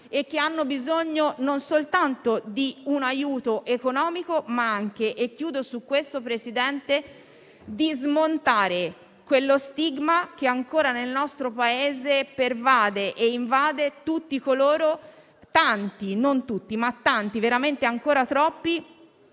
e che hanno bisogno non soltanto di un aiuto economico, ma anche di smontare quello stigma che ancora nel nostro Paese pervade e invade tutti coloro - non tutti ma tanti, veramente ancora troppi